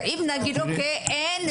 מה, אין,